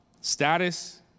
Status